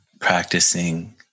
practicing